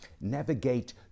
Navigate